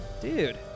Dude